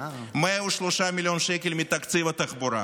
103 מיליון שקל מתקציב התחבורה,